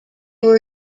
were